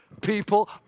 people